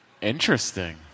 Interesting